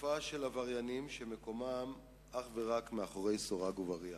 התקפה של עבריינים שמקומם אך ורק מאחורי סורג ובריח.